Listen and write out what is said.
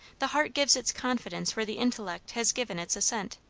the heart gives its confidence where the intellect has given its assent.